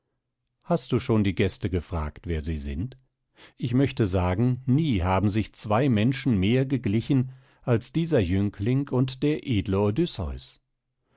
hast du schon die gäste gefragt wer sie sind ich möchte sagen nie haben sich zwei menschen mehr geglichen als dieser jüngling und der edle